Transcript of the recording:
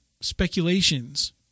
speculations